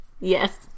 Yes